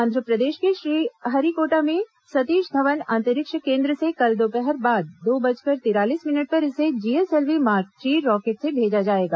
आंध्रप्रदेश के श्रीहरिकोटा में सतीश धवन अंतरिक्ष केन्द्र से कल दोपहर बाद दो बजकर तिरालीस मिनट पर इसे जीएसएलवी मार्क थ्री रॉकेट से भेजा जाएगा